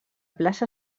plaça